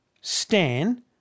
Stan